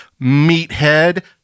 Meathead